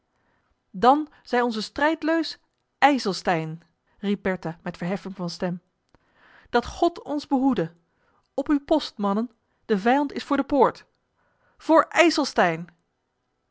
dan zij onze strijdleus ijselstein riep bertha met verheffing van stem dat god ons behoede op uw post mannen de vijand is voor de poort voor ijselstein